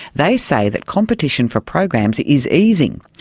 they say that competition for programs is easing,